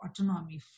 autonomy